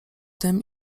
tym